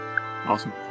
Awesome